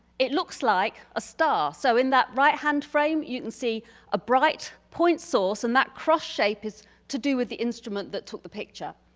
it looks like a star. so in that right hand frame you can see a bright point source and that cross shape is to do with the instrument that took the picture.